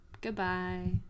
Goodbye